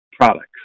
products